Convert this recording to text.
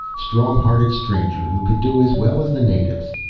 strong-hearted stranger who could do as well as the natives.